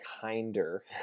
kinder